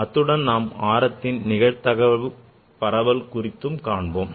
அத்துடன் நாம் ஆரத்தின் நிகழ்தகவு பரவல் குறித்தும் பார்ப்போம்